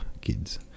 kids